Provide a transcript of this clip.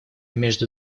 между